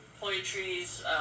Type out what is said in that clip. Poetry's